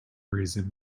reason